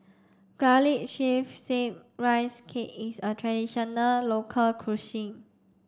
garlic chives steamed rice cake is a traditional local cuisine